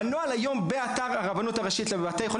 בנוהל היום באתר הרבנות הראשית לבתי חולים